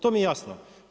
To mi je jasno.